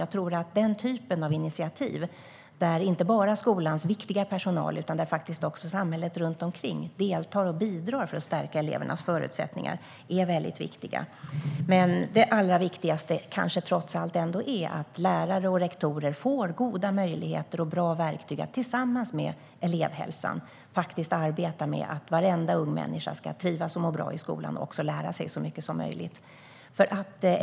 Jag tror att den typen av initiativ, där inte bara skolans viktiga personal utan faktiskt även samhället runt omkring deltar och bidrar till att stärka elevernas förutsättningar, är väldigt viktiga. Det allra viktigaste är kanske trots allt att lärare och rektorer får goda möjligheter och bra verktyg för att tillsammans med elevhälsan arbeta med att varenda ung människa ska trivas och må bra i skolan samt lära sig så mycket som möjligt.